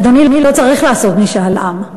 אדוני, לא צריך לעשות משאל עם.